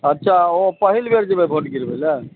अच्छा पहिल बेर जेबै वोट गिरवै लए